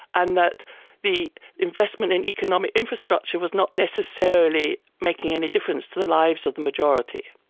and that the investment in economic infrastructure was not necessarily making any difference to the lives of the majority.